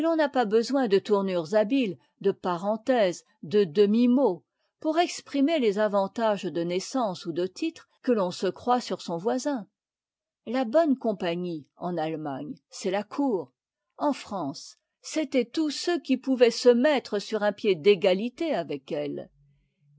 l'on n'a pas besoin de tournures habiles de parenthèses de demimots pour exprimer les avantages de naissance ou de titre que l'on se croit sur son voisin la bonne compagnie en allemagne c'est la cour en france c'étaient tous ceux qui pouvaient se mettre sur un pied d'égalité avec elle